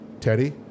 Teddy